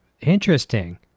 Interesting